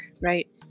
right